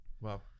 Wow